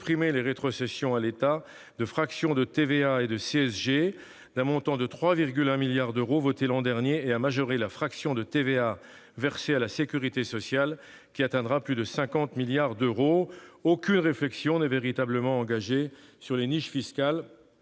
les rétrocessions à l'État de fractions de TVA et de CSG d'un montant de 3,1 milliards d'euros votées l'an dernier et à majorer la fraction de TVA versée à la sécurité sociale, qui atteindra plus de 50 milliards d'euros. Aucune réflexion n'est véritablement engagée pour réduire le